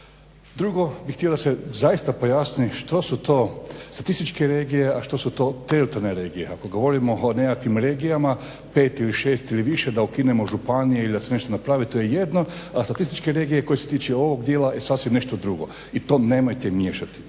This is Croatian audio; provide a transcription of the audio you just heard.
Drugo bih htio da se zaista pojasni što su to statističke regije, a što su to teritorijalne regije. Ako govorimo o nekakvim regijama pet ili šest ili više da ukinemo županije ili da se nešto napravi to je jedno, a statističke regije koje se tiče ovog dijela je sasvim nešto drugo i to nemojte miješati.